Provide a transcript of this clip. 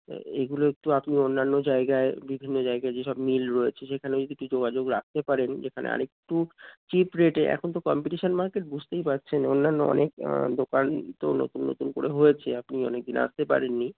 তা এগুলো একটু আপনি অন্যান্য জায়গায় বিভিন্ন জায়গায় যেসব মিল রয়েছে সেখানে যদি একটু যোগাযোগ রাখতে পারেন যেখানে আরেকটু চিপ রেটে এখন তো কম্পিটিশান মার্কেট বুঝতেই পারছেন অন্যান্য অনেক দোকান তো নতুন নতুন করে হয়েছে আপনি অনেকদিন আসতে পারেন নি